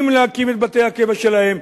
אם להקים את בתי הקבע שלהם,